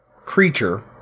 creature